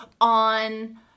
on